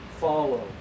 follow